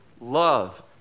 love